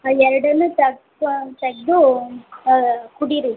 ಆ ಎರಡನ್ನೂ ತೆಗ್ದು ತೆಗೆದೂ ಕುಡೀರಿ